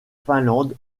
finlande